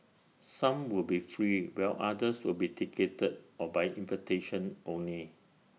some will be free while others will be ticketed or by invitation only